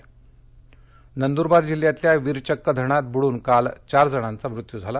नंदुरवार नदूरुबार जिल्ह्यातल्या वीरचक्क धरणात बुडून काल चार जणाद्वी मृत्यु झाला